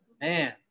Man